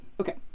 Okay